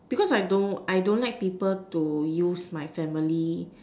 because I don't I don't like people to use my family